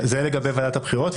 זה לגבי ועדת הבחירות.